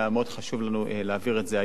היה מאוד חשוב לנו להעביר את זה.